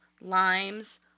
limes